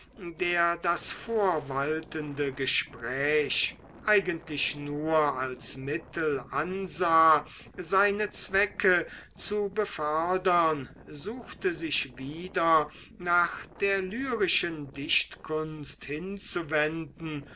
der das vorwaltende gespräch eigentlich nur als mittel ansah seine zwecke zu befördern suchte sich wieder nach der lyrischen dichtkunst hinzuwenden